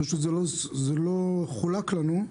פשוט זה לא חולק לנו,